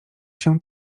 się